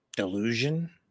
illusion